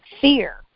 fear